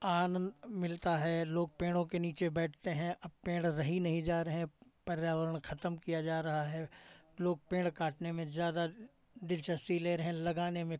आनंद मिलता है लोग पेड़ों के नीचे बैठते हैं अब पेड़ रह ही नहीं जा रहें अब पर्यावरण खतम किया जा रहा है लोग पेड़ काटने में ज़्यादा दिलचस्पी ले रहें लगाने में